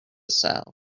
sell